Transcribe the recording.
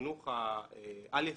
ובחינוך העל-יסודי,